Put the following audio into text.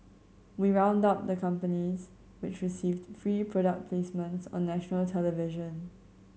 we round up the companies which received free product placements on national television